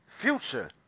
Future